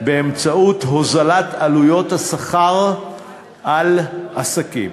באמצעות הוזלת עלויות השכר של עסקים,